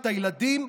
הילדים,